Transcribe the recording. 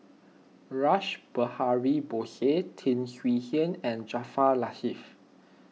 Rash Behari Bose Tan Swie Hian and Jaafar Latiff